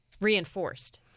reinforced